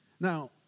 Now